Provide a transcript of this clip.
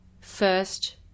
first